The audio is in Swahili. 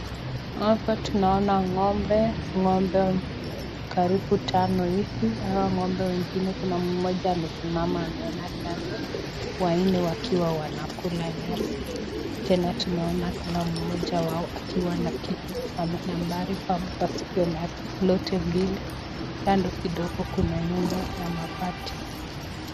Hapa tunaona ng'ombe. Ng'ombe karibu tano hivi. Hawa ng'ombe wengine kuna mmoja amesimama ameona kando. Wanne wakiwa wanakula nyasi. Tena tunaona kila mmoja wao akiwa na kitu ama nambari kwa sikio lote mbili. Kando kidogo kuna nyumba ya mabati.